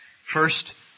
First